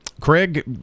Craig